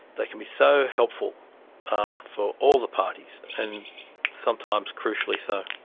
they can be so helpful ah for all the parties, and sometimes crucially so.